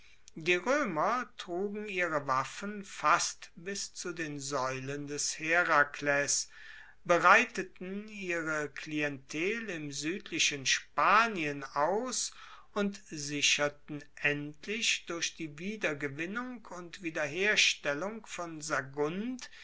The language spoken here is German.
die roemer trugen ihre waffen fast bis zu den saeulen des herakles breiteten ihre klientel im suedlichen spanien aus und sicherten endlich durch die wiedergewinnung und wiederherstellung von sagunt